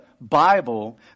Bible